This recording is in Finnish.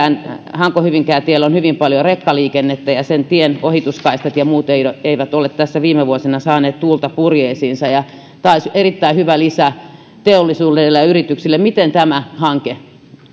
hanko hyvinkää tiellä on hyvin paljon rekkaliikennettä ja sen tien ohituskaistat ja muut eivät eivät ole tässä viime vuosina saaneet tuulta purjeisiinsa tämä olisi erittäin hyvä lisä teollisuudelle ja yrityksille miten tämä hanke